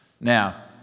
Now